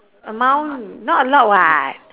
amount not allowed [what]